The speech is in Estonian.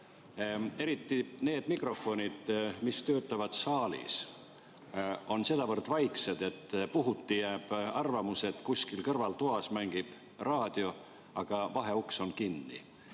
Need mikrofonid, mis töötavad saalis, on sedavõrd vaiksed, et puhuti jääb mulje, et kuskil kõrvaltoas mängib raadio, aga vaheuks on kinni.